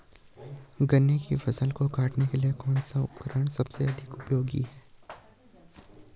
गन्ने की फसल को काटने के लिए कौन सा उपकरण सबसे उपयोगी है?